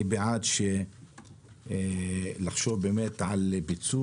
אני בעד לחשוב על פיצוי,